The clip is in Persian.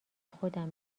خودم